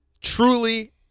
truly